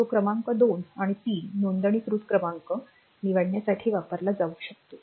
तो क्रमांक 2 आणि 3 नोंदणीकृत क्रमांक निवडण्यासाठी वापरला जाऊ शकतो